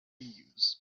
thieves